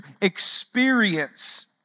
experience